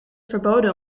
verboden